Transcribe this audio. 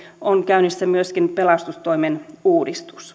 on käynnissä myöskin pelastustoimen uudistus